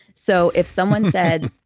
so if someone said,